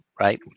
right